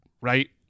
Right